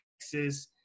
Texas